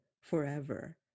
forever